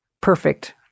perfect